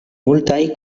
multaj